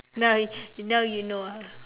now you now you know ah